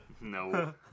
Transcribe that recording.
No